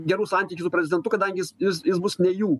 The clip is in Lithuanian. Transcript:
gerų santykių su prezidentu kadangi jis jis jis bus ne jų